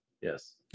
Yes